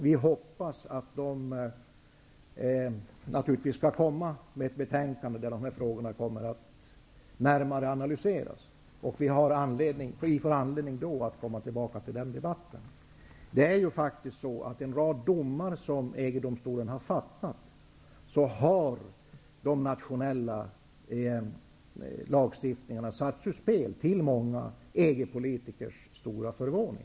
Vi hoppas naturligtvis att man skall lägga fram ett betänkande, där dessa frågor närmare analyseras. Vi får då anledning att återkomma till den debatten. När det gäller en rad domar i EG-domstolen har faktiskt den nationella lagstiftningen satts ur spel, till många EG-politikers stora förvåning.